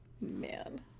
man